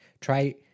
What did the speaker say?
Try